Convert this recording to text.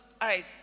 eyes